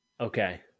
okay